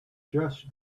just